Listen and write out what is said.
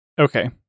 Okay